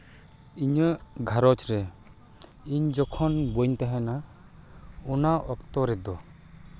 ᱤᱧᱟᱹᱜ ᱜᱷᱟᱨᱚᱧᱡᱽ ᱨᱮ ᱤᱧ ᱡᱚᱠᱷᱚᱱ ᱵᱟᱹᱧ ᱛᱟᱦᱮᱱᱟ ᱚᱱᱟ ᱚᱠᱛᱚ ᱨᱮᱫᱚ